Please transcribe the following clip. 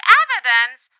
evidence